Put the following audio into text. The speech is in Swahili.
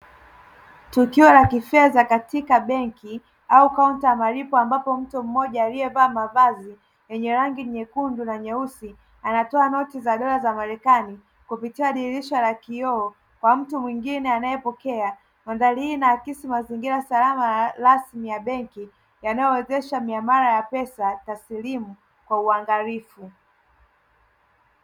Tukio la kifedha katika benki au kaunta ya malipo ambapo mtu mmoja aliyevaa mavazi yenye rangi nyekundu na nyeusi anatoa noti za dola za marekani kupitia dirisha la kioo kwa mtu mwingine anayepokea, mandhari hii inaakisi mazingira salama rasmi ya benki yanayowezesha miamala ya pesa taslimu kwa uangalifu.